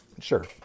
Sure